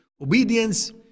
Obedience